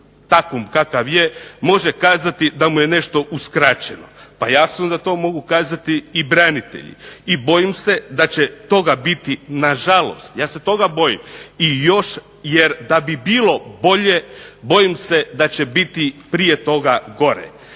takvom kakav je može kazati da mu je nešto uskraćeno. Pa jasno da to mogu kazati i branitelji. I bojim se da će toga biti, nažalost ja se toga bojim, i još. Jer da bi bilo bolje bojim se da će biti prije toga gore.